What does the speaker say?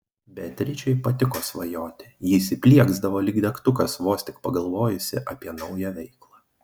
beatričei patiko svajoti ji įsiplieksdavo lyg degtukas vos tik pagalvojusi apie naują veiklą